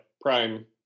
prime